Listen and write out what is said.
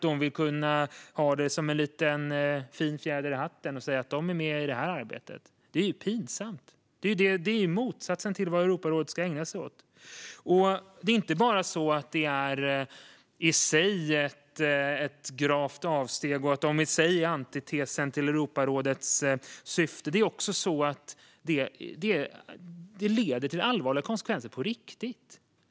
De vill nämligen ha det som en fin liten fjäder i hatten och kunna säga att de är med i arbetet. Det är ju pinsamt! Det är motsatsen till vad Europarådet ska ägna sig åt. Det är inte bara så att detta i sig är ett gravt avsteg och att de i sig är antitesen till Europarådets syfte, utan det är också så att detta leder till allvarliga konsekvenser på riktigt.